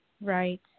Right